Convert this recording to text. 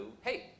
hey